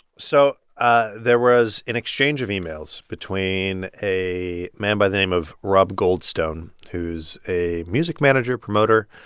so ah there was an exchange of emails between a man by the name of rob goldstone, who's a music manager-promoter